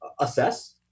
assess